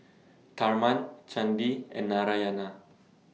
Tharman Chandi and Narayana